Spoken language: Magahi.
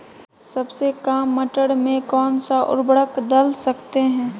सबसे काम मटर में कौन सा ऊर्वरक दल सकते हैं?